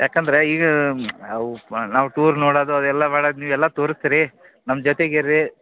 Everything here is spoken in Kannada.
ಯಾಕಂದರೆ ಈಗ ನಾವು ನಾವು ಟೂರ್ ನೋಡೋದು ಅದೆಲ್ಲಾ ಮಾಡೋದ್ ನೀವೆಲ್ಲಾ ತೋರಿಸ್ತೀರಿ ನಮ್ಮ ಜೊತೆಗಿರ್ರಿ